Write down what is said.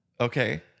Okay